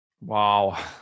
wow